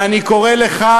ואני קורא לך,